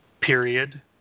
period